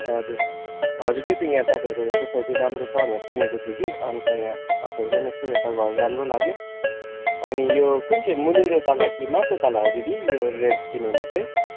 हजुर हजुर त्यही त यहाँ तपाईँहरूको सोसाइटी राम्रो छ भनेर सुनेको थिएँ कि अन्त यहाँ तपाईँहरूको पनि यसो हेर्दा घर राम्रो लाग्यो अनि यो कुन चाहिँ मुनिल्लो तला कि माथिल्लो तला हो दिदी यो रेन्ट दिनुहुने चाहिँ